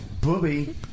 Booby